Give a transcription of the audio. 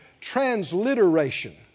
transliteration